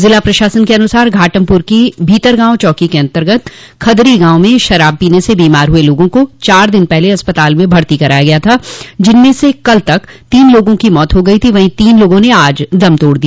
जिला प्रशासन के अनुसार घाटमपुर की भीतरगांव चौकी अन्तर्गत खदरी गांव में शराब पीने से बीमार हुए लोगों को चार दिन पहले अस्पताल में भर्ती कराया गया था जिनमें से कल तक तीन लोगों की मौत हो गई वहीं तीन लोगों ने आज दम तोड़ दिया